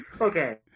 Okay